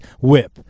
whip